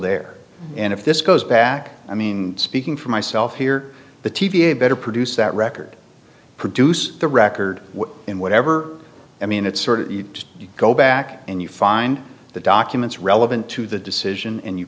there and if this goes back i mean speaking for myself here the t v a better produce that record produce the record in whatever i mean it's sort of you go back and you find the documents relevant to the decision and you